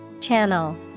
Channel